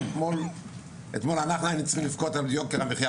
אתמול אנחנו היינו צריכים לבכות על יוקר המחיה